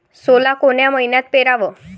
सोला कोन्या मइन्यात पेराव?